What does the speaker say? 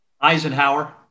Eisenhower